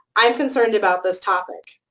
i'm concerned about this topic,